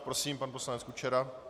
Prosím, pan poslanec Kučera.